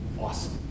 awesome